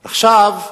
עכשיו,